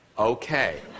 Okay